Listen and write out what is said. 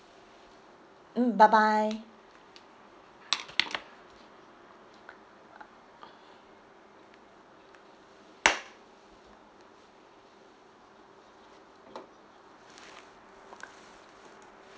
mm bye bye